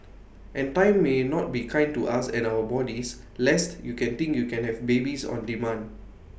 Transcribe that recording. and time may not be kind to us and our bodies lest you can think you can have babies on demand